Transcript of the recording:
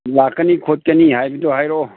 ꯂꯥꯛꯀꯅꯤ ꯈꯣꯠꯀꯅꯤ ꯍꯥꯏꯕꯗꯣ ꯍꯥꯏꯔꯛꯑꯣ